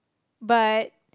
but